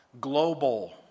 global